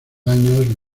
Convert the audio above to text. años